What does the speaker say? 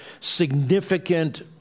significant